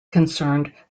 concerned